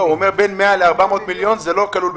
הוא אומר: בין 100 ל-400 מיליון זה לא מופיע בתזכירים,